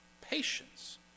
Patience